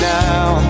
now